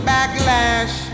Backlash